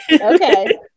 okay